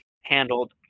handled